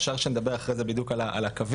אפשר שנדבר אחרי זה בדיוק על הקווים,